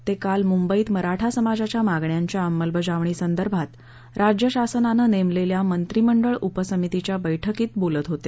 ते काल मुंबईत मराठा समाजाच्या मागण्यांच्या अंमलबजावणीसंदर्भात राज्य शासनानं नेमलेल्या मंत्रिमंडळ उपसमितीच्या बैठकीत बोलत होते